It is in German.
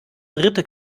dritte